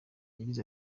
yagize